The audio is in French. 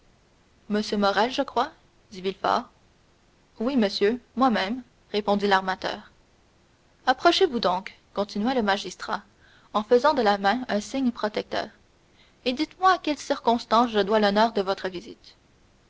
morrel je crois dit villefort oui monsieur moi-même répondit l'armateur approchez-vous donc continua le magistrat en faisant de la main un signe protecteur et dites-moi à quelle circonstance je dois l'honneur de votre visite